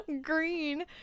green